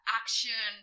action